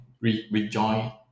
rejoin